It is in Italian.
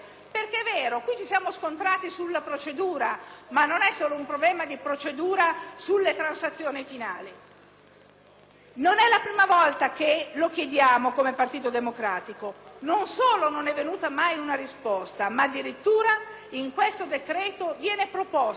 non è la prima volta che il Partito Democratico lo chiede. Non solo non è venuta mai una risposta, ma addirittura in questo decreto viene proposta una frettolosa procedura transattiva che aprirà ulteriori contenziosi a catena.